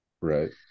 Right